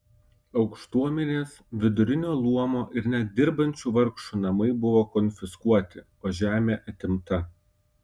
aukštuomenės vidurinio luomo ir net dirbančių vargšų namai buvo konfiskuoti o žemė atimta